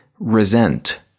Resent